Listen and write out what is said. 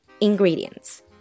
ingredients